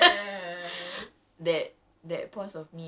okay sorry